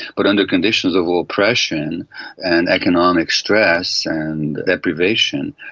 but under conditions of oppression and economic stress and deprivation,